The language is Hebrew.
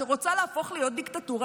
שרוצה להפוך להיות דיקטטורה,